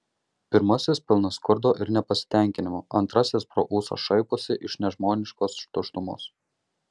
pirmasis pilnas skurdo ir nepasitenkinimo antrasis pro ūsą šaiposi iš nežmoniškos tuštumos